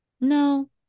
No